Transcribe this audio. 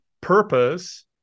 purpose